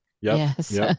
Yes